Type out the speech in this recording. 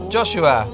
Joshua